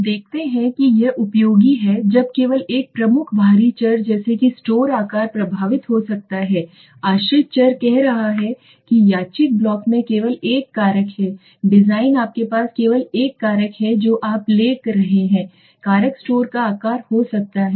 हमें देखते हैं कि यह उपयोगी है जब केवल एक प्रमुख बाहरी चर जैसे कि स्टोर आकार प्रभावित हो सकता है आश्रित चर कह रहा है कि यादृच्छिक ब्लॉक में केवल एक कारक है डिजाइन आपके पास केवल एक कारक है जो आप ले रहे हैं कारक स्टोर का आकार हो सकता है